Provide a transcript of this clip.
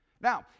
Now